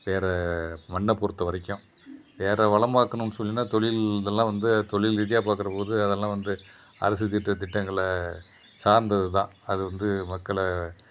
வேற மண்ணை பொறுத்த வரைக்கும் வேற வளமாக்கணும்னு சொன்னிங்கன்னா தொழில் இதெல்லாம் வந்து தொழில் ரீதியா பார்க்குறபோது அதெல்லாம் வந்து அரசுத்திட்ட திட்டங்களை சார்ந்ததுதான் அது வந்து மக்களை